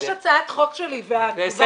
יש הצעת חוק שלי, והתגובה שלהם הייתה מבישה.